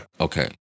Okay